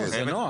לא, זה נוהג.